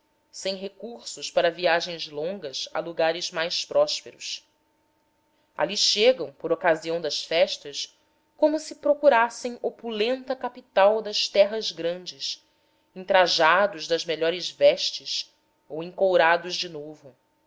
sem recursos para viagens longas a lugares mais prósperos ali chegam por ocasião das festas como se procurassem opulenta capital das terras grandes entrajados das melhores vestes ou encourados de novo